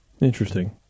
interesting